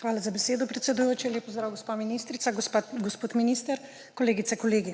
Hvala za besedo, predsedujoči. Lep pozdrav ministrica, gospod minister, kolegice, kolegi!